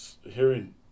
hearing